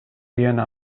vienna